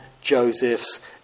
Joseph's